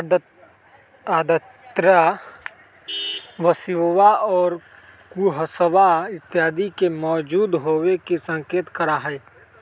आर्द्रता बरिशवा और कुहसवा इत्यादि के मौजूद होवे के संकेत करा हई